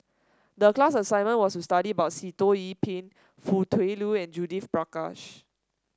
the class assignment was to study about Sitoh Yih Pin Foo Tui Liew and Judith Prakash